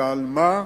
ועל מה?